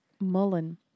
mullen